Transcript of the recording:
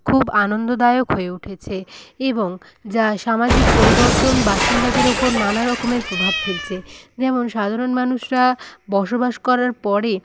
খুব আনন্দদায়ক হয়ে উঠেছে এবং যা সামাজিক পরিবর্তন বাসিন্দাদের উপর নানা রকমের প্রভাব ফেলছে যেমন সাধারণ মানুষরা বসবাস করার পরে